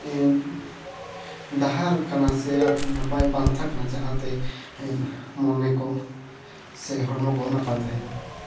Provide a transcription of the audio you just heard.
ᱰᱟᱦᱟᱨ ᱠᱟᱱᱟ ᱥᱮ ᱱᱟᱯᱟᱭ ᱯᱟᱱᱛᱷᱟ ᱠᱟᱱᱟ ᱡᱟᱦᱟᱸᱛᱮ ᱢᱚᱱᱮ ᱠᱚ ᱥᱮ ᱦᱚᱲᱢᱚ ᱠᱚ ᱱᱟᱯᱟᱭ ᱛᱟᱦᱮᱱᱟ